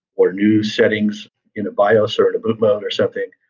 or new settings in a bio sort of boot mode or something,